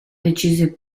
decise